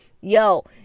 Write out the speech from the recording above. yo